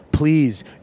Please